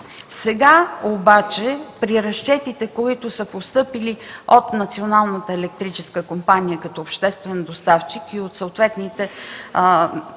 Сега при разчетите, които са постъпили от Националната електрическа компания като обществен доставчик и от съответните крайни